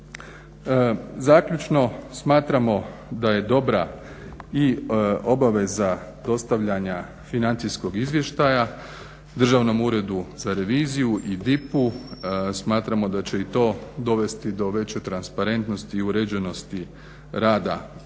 Zaključno, smatramo da je dobra i obaveza dostavljanja financijskog izvještaja Državnom uredu za reviziju i DIP-u smatramo da će i to dovesti do veće transparentnosti i uređenosti rada sa